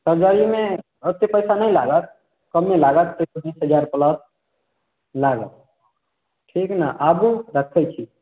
सर्जरीमे ओतेक पैसा नहि लागत कमे लागत बीस पचीस हजार पलस लागत ठीक ने आबु रखैत छी